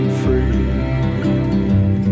free